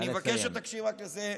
אני מבקש שתקשיב רק לזה.